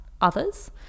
others